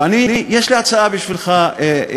יש לי הצעה בשבילך,